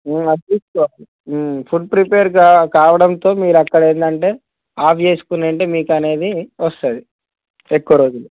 food prepare కావడంతో మీరు అట్లా ఏందంటే ఆఫ్ చేసుకునింటే మీకనేది వస్తుంది ఎక్కువ రోజులు